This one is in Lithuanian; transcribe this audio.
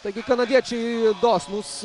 taigi kanadiečiai dosnūs